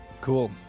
Cool